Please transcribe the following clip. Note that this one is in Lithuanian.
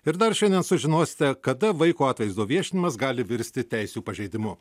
ir dar šiandien sužinosite kada vaiko atvaizdo viešinimas gali virsti teisių pažeidimu